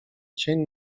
cień